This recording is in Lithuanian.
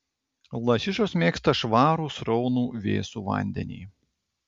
lašišos mėgsta švarų sraunų vėsų vandenį